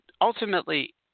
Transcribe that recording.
Ultimately